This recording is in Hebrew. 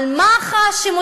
על מח"ש,